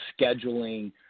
scheduling